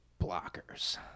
Blockers